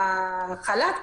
החל"ת.